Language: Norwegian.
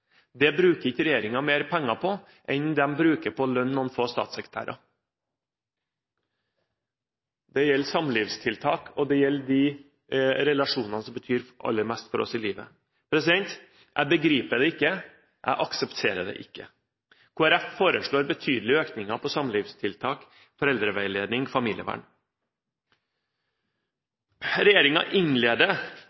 Det bruker ikke regjeringen mer penger på enn de bruker på å lønne noen få statssekretærer. Det gjelder samlivstiltak, og det gjelder de relasjonene som betyr aller mest for oss i livet. Jeg begriper det ikke – jeg aksepterer det ikke. Kristelig Folkeparti foreslår betydelige økninger på samlivstiltak, foreldreveiledning og familievern.